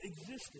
existed